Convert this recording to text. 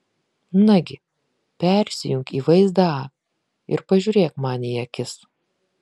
nagi persijunk į vaizdą a ir pažiūrėk man į akis